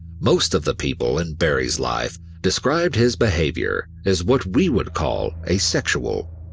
most of the people in barrie's life described his behavior as what we would call asexual,